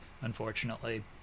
unfortunately